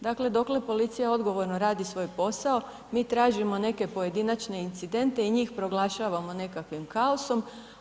Dakle, dokle policija odgovorno radi svoj posao mi tražimo neke pojedinačne incidente i njih proglašavamo nekakvim kaosom.